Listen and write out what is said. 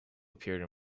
appeared